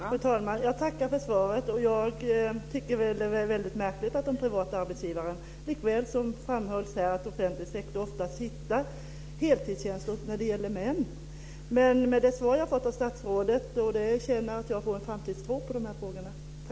Fru talman! Jag tackar för svaret. Jag tycker att det är märkligt att privata arbetsgivare och också den offentliga sektorn oftast hittar heltidstjänster när det gäller män. Med det svar jag har fått av statsrådet känner jag att jag får framtidstro i de här frågorna.